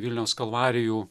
vilniaus kalvarijų